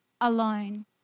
alone